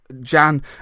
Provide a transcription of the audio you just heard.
jan